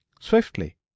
swiftly